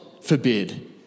forbid